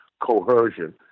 coercion